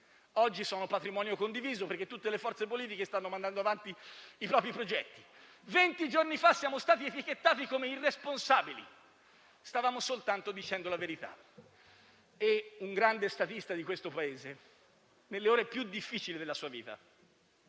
Oggi sono patrimonio condiviso perché tutte le forze politiche stanno mandando avanti i propri progetti. Venti giorni fa siamo stati etichettati come irresponsabili; stavamo soltanto dicendo la verità. Un grande statista di questo Paese nelle ore più difficili della sua vita